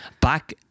Back